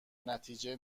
نتیجه